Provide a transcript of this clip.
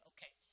Okay